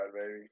baby